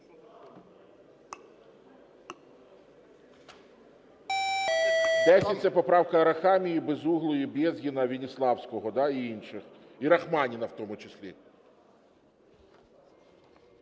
10 – це поправка Арахамії, Безуглої, Безгіна, Веніславського, да, і інших, і Рахманіна в тому числі.